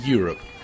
Europe